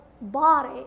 Body